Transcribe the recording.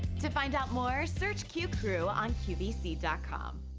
to find out more search qcrew on qvc com.